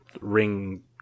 Ring